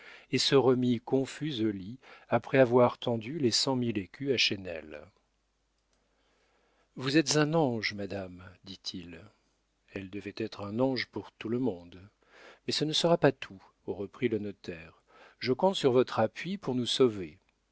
et se remit confuse au lit après avoir tendu les cent mille écus à chesnel vous êtes un ange madame dit-il elle devait être un ange pour tout le monde mais ce ne sera pas tout reprit le notaire je compte sur votre appui pour nous sauver